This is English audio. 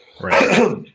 Right